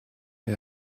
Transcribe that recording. wir